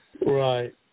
right